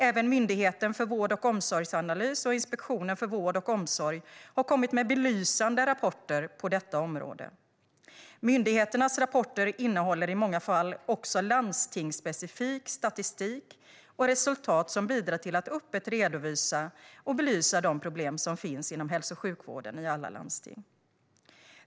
Även Myndigheten för vård och omsorgsanalys och Inspektionen för vård och omsorg har kommit med belysande rapporter på detta område. Myndigheternas rapporter innehåller i många fall också landstingsspecifik statistik och resultat som bidrar till att öppet redovisa och belysa de problem som finns inom hälso och sjukvården i alla landsting.